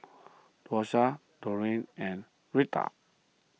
Dosha Dorene and Retta